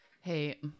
Hey